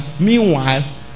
Meanwhile